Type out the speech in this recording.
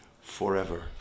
forever